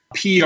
PR